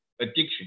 addiction